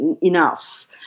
enough